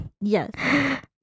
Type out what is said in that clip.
Yes